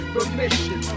Permission